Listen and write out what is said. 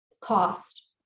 cost